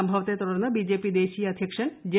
സംഭവത്ത് തുടർന്ന് ബിജെപി ദേശീയ അദ്ധ്യക്ഷൻ ജെ